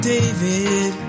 David